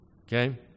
Okay